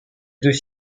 deux